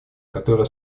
которая